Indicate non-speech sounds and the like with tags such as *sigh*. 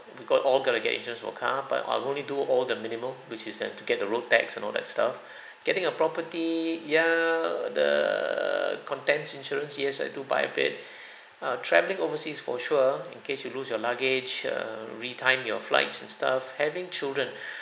we've got all got to get interest for car but I'll only do all the minimum which is uh to get the road tax and all that stuff *breath* getting a property ya the contents insurance yes I do buy a bit *breath* uh travelling overseas for sure in case you lose your luggage err re-time your flights and stuff having children *breath*